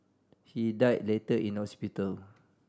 he died later in hospital